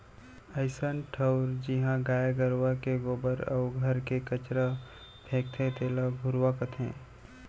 अइसन ठउर जिहॉं गाय गरूवा के गोबर अउ घर के कचरा फेंकाथे तेला घुरूवा कथें